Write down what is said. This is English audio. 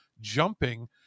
jumping